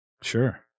Sure